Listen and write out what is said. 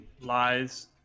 Lies